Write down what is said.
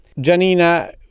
Janina